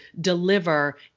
deliver